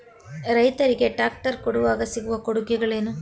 ರೈತರಿಗೆ ಟ್ರಾಕ್ಟರ್ ಕೊಂಡಾಗ ಸಿಗುವ ಕೊಡುಗೆಗಳೇನು?